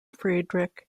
friedrich